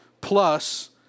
Plus